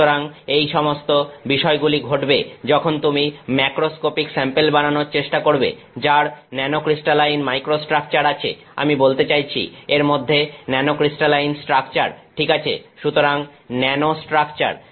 সুতরাং এই সমস্ত বিষয়গুলি ঘটবে যখন তুমি ম্যাক্রোস্কোপিক স্যাম্পেল বানানোর চেষ্টা করবে যার ন্যানোক্রিস্টালাইন মাইক্রোস্ট্রাকচার আছে আমি বলতে চাইছি এরমধ্যে ন্যানোক্রিস্টালাইন স্ট্রাকচার ঠিক আছে সুতরাং ন্যানোস্ট্রাকচার